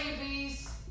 babies